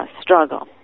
struggle